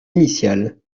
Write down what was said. initiales